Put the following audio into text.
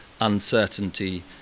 uncertainty